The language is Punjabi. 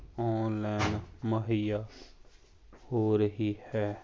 ਔਨਲਾਈਨ ਮੁਹੱਈਆ ਹੋ ਰਹੀ ਹੈ